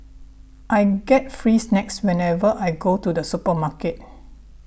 I get free snacks whenever I go to the supermarket